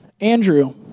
Andrew